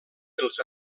pels